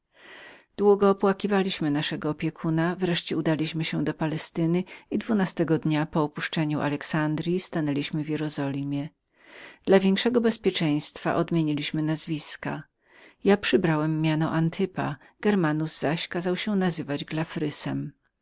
długo opłakiwaliśmy naszego przyjaciela wreszcie udaliśmy się do palestyny i dwunastego dnia po wyjściu z alexandryi stanęliśmy w jerozolimie dla większego bezpieczeństwa odmieniliśmy nazwiska ja przybrałem miano antypa germanus zaś kazał się nazywać